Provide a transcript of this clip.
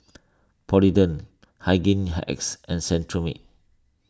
Polident Hygin X and Cetrimide